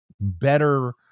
better